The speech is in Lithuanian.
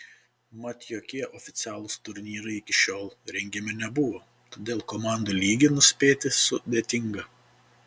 mat jokie oficialūs turnyrai iki šiol rengiami nebuvo todėl komandų lygį nuspėti sudėtinga